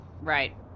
Right